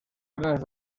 trenes